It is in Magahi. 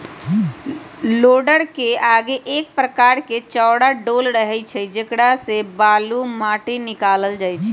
लोडरके आगे एक प्रकार के चौरा डोल रहै छइ जेकरा से बालू, माटि निकालल जाइ छइ